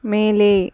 மேலே